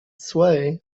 sway